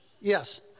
Yes